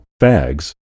Fags